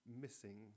missing